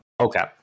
Okay